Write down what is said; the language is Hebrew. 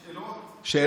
שאלות.